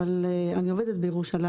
ואני עובדת בירושלים.